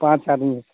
پانچ آدمی